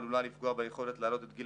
עלולה לפגוע ביכולת להעלות את גיל